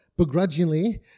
begrudgingly